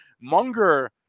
Munger